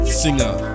singer